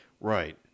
right